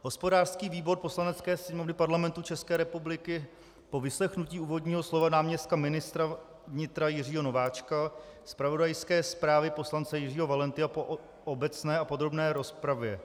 Hospodářský výbor Poslanecké sněmovny Parlamentu České republiky po vyslechnutí úvodního slova náměstka ministra vnitra Jiřího Nováčka, zpravodajské zprávě poslance Jiřího Valenty a po obecné a podrobné rozpravě: